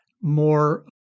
more